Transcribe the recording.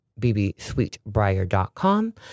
bbsweetbriar.com